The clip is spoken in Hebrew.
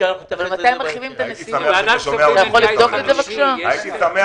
יש לי שתי שאלות לגבי תוכנית ההתייעלות.